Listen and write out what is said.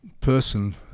person